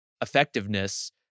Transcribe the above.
effectiveness